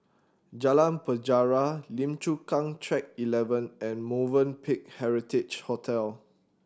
Jalan Penjara Lim Chu Kang Track Eleven and Movenpick Heritage Hotel